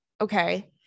Okay